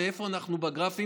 ואיפה אנחנו בגרפים,